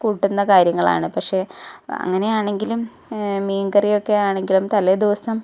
കൂട്ടുന്ന കാര്യങ്ങളാണ് പക്ഷേ അങ്ങനെയാണെങ്കിലും മീൻക്കറി ഒക്കെ ആണെങ്കിലും തലേ ദിവസം